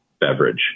beverage